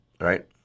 right